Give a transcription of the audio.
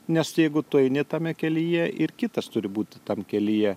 nes jeigu tu eini tame kelyje ir kitas turi būti tam kelyje